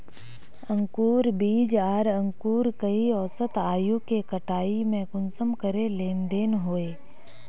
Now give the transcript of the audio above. अंकूर बीज आर अंकूर कई औसत आयु के कटाई में कुंसम करे लेन देन होए?